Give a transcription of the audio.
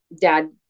dad